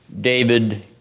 David